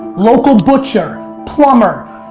local butcher, plumber.